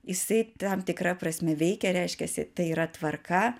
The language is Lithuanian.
jisai tam tikra prasme veikia reiškiasi tai yra tvarka